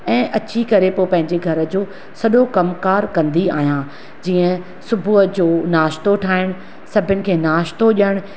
ऐं अची करे पोइ पंहिंजे घर जो सॼो कमु कारि कंदी आहियां जीअं सुबुह जो नाश्तो ठाहिण सभिनी खे नाश्तो ॾियण